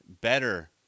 better